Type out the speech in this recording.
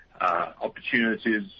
opportunities